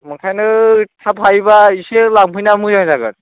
ओंखायनो थाब हायोबा इसे लांफैना मोजां जागोन